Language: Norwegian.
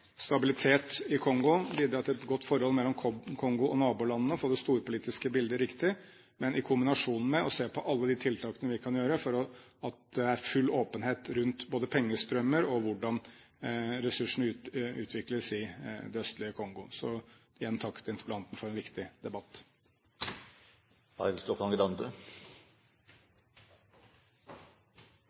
stabilitet i Kongo, bidra til et godt forhold mellom Kongo og nabolandene og få det storpolitiske bildet riktig, men i kombinasjon med å se på alle de tiltakene vi kan gjøre for at det er full åpenhet rundt både pengestrømmer og hvordan ressursene utvikles i det østlige Kongo. Så igjen takk til interpellanten for en viktig debatt.